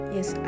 Yes